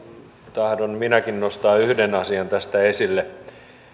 tahdon minäkin nostaa yhden asian tästä esille